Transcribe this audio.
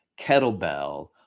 kettlebell